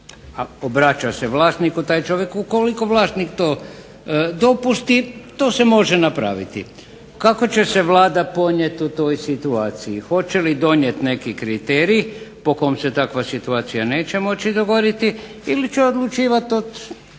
vraća se vlasniku taj čovjek, ukoliko vlasnik to dopusti to se može napraviti. Kako će se Vlada ponijeti u toj situaciji, hoće li donijeti neki kriterij po kom se takva situacija neće moći donijeti ili će odlučivati od